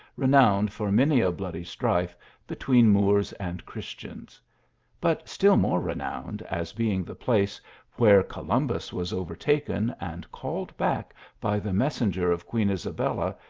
renowned for many a bloody strife between moors and christians but still more renowned as being the place where columbus was overtaken and called back by the messenger of queen isabella,